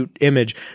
Image